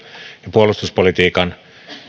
puolustuspolitiikan